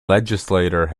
legislature